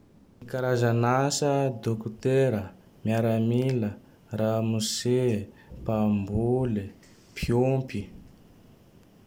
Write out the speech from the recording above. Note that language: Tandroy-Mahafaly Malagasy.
Karazan'asa: dokotera, miaramila, ramose, mpambole, mpiompe.